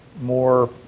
more